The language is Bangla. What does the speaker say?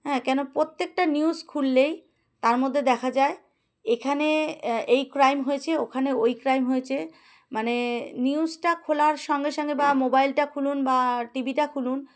হ্যাঁ কেন প্রত্যেকটা নিউজ খুললেই তার মধ্যে দেখা যায় এখানে এই ক্রাইম হয়েছে ওখানে ওই ক্রাইম হয়েছে মানে নিউজটা খোলার সঙ্গে সঙ্গে বা মোবাইলটা খুলুন বা টিভিটা খুলুন